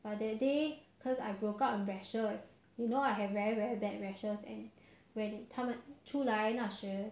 but but you see I read online right that if you're very stressed you will 是很难睡觉的